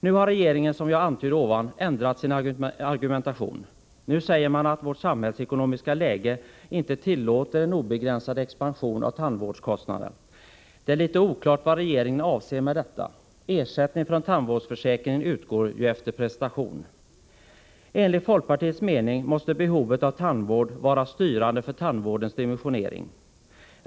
Nu har regeringen, som jag antydde, ändrat sin argumentation. Nu säger man att vårt samhällsekonomiska läge inte tillåter en obegränsad expansion av tandvårdskostnaderna. Det är litet oklart vad regeringen avser med detta. Ersättning från tandvårdsförsäkringen utgår ju efter prestation. Enligt folkpartiets mening måste behovet av tandvård vara styrande för tandvårdens dimensionering.